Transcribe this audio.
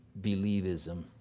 believism